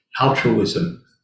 altruism